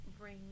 bring